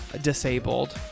disabled